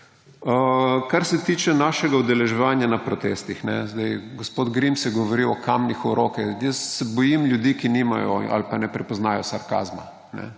Kar se tiče našega udeleževanja na protestih. Gospod Grims je govoril o »kamne v roke«. Jaz se bojim ljudi, ki nimajo ali pa ne prepoznajo sarkazma.